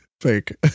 Fake